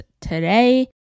today